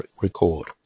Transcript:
record